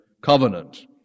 Covenant